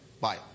bye